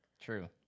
True